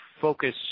focus